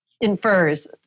infers